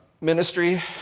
ministry